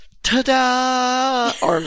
ta-da